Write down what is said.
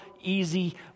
easy